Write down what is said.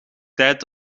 tijd